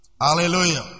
Hallelujah